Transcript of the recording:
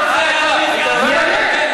אני אענה.